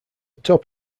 top